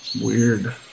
Weird